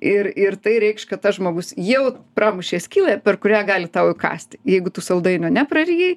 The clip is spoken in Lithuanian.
ir ir tai reikš kad tas žmogus jau pramušė skylę per kurią gali tau įkąsti jeigu tu saldainio neprarijai